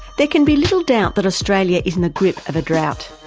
there can be little doubt that australia is in the grip of a drought.